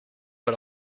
but